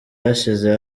hashize